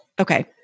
Okay